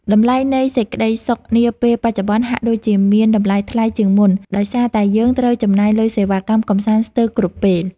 តម្លៃនៃសេចក្ដីសុខនាពេលបច្ចុប្បន្នហាក់ដូចជាមានតម្លៃថ្លៃជាងមុនដោយសារតែយើងត្រូវចំណាយលើសេវាកម្មកម្សាន្តស្ទើរគ្រប់ពេល។